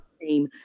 team